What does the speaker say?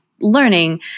learning